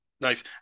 Nice